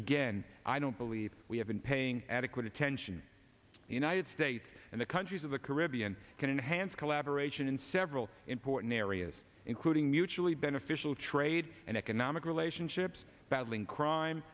again i don't believe we have been paying adequate attention the united states and the countries of the caribbean can enhance collaboration in several important areas including mutually beneficial trade and economic relationships battling crime